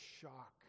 shock